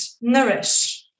nourish